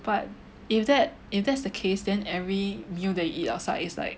but if that if that's the case then every meal they eat outside is like